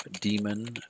demon